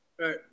Right